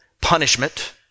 punishment